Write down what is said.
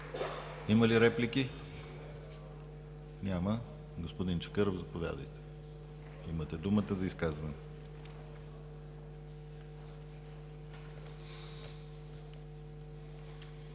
Има ли реплики? Няма. Господин Чакъров, заповядайте, имате думата за изказване.